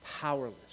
powerless